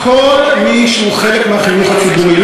כל מי שהוא חלק מהחינוך הציבורי,